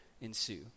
ensue